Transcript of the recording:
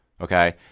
Okay